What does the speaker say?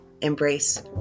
embrace